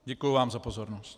Děkuji vám za pozornost.